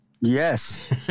Yes